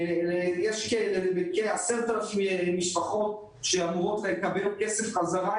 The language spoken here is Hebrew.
יש כ-10,000 משפחות שאמורות לקבל כסף חזרה.